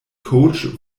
coach